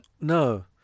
No